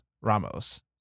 Ramos